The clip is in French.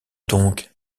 donc